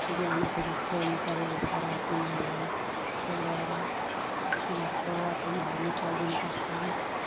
बिहान फेरि छोड्नु पर्यो उठेर तिनीहरूलाई छोडेर तिनीहरूको ओछ्यानहरू निकालिदिनु पर्छ